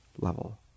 level